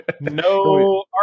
No